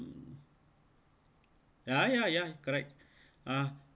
ya ya ya correct ah